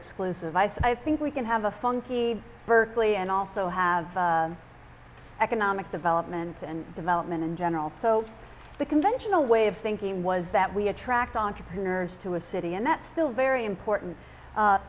exclusive i think we can have a funky berkeley and also have economic development and development in general so the conventional way of thinking was that we attract entrepreneurs to a city and that's still very important